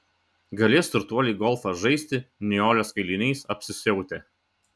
galės turtuoliai golfą žaisti nijolės kailiniais apsisiautę